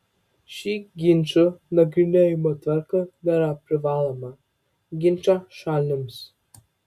ši ginčų nagrinėjimo tvarka nėra privaloma ginčo šalims